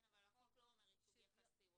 כן, אבל החוק לא אומר ייצוג יחסי.